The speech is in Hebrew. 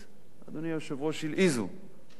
אדוני היושב-ראש, הלעיזו יריבינו